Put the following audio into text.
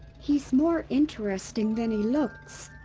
he's more interesting than he looks,